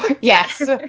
Yes